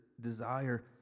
desire